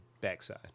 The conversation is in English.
backside